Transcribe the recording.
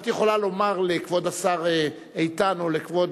את יכולה לומר לכבוד השר איתן או לכבוד